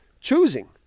choosing